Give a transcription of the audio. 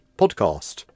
podcast